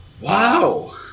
Wow